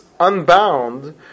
Unbound